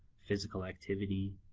physical activity,